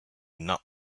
not